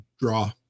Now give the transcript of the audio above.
draw